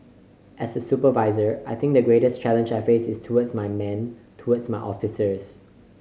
as a supervisor I think the greatest challenge I face is towards my men towards my officers